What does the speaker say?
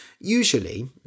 Usually